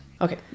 okay